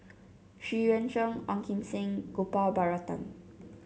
Xu Yuan Zhen Ong Kim Seng and Gopal Baratham